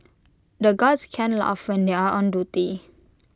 the guards can't laugh when they are on duty